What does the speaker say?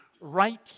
right